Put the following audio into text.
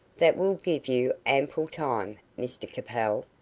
that will give you ample time, mr capel,